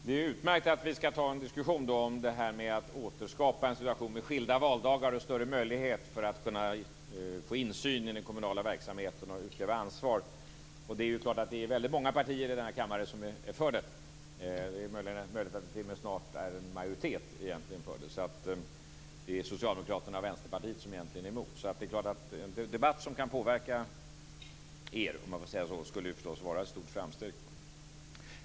Fru talman! Det är utmärkt att vi skall ta en diskussion om att återskapa en situation med skilda valdagar, större möjlighet att få insyn i den kommunala verksamheten och utkräva ansvar. Det är många partier i denna kammare som är för detta. Det är t.o.m. möjligt att det snart är en majoritet för det. Det är egentligen bara Socialdemokraterna och Vänsterpartiet som är emot det, så en debatt som kan påverka er skulle förstås vara ett stort framsteg.